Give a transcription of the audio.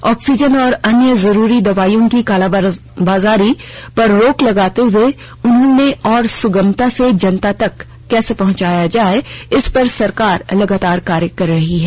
oxygen और अन्य जरूरी दवाइयों की कालाबाजारी पर रोक लगाते हुए उन्हें और सुगमता से जनता तक कैसे पहुँचाया जाये इस पर सरकार लगातार कार्य कर रही हैं